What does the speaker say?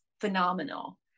phenomenal